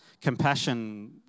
Compassion